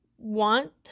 want